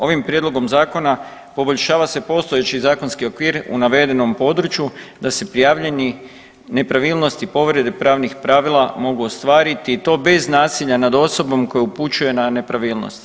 Ovim prijedlogom Zakona poboljšava se postojeći zakonski okvir u navedenom području da se prijavljeni nepravilnosti povrede pravnih pravila mogu ostvariti i to bez nasilja nad osobom koja upućuje na nepravilnost.